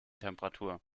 temperatur